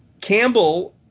Campbell